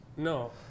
No